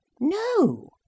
No